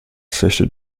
cesta